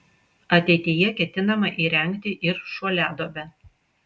ateityje ketinama įrengti ir šuoliaduobę